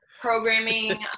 programming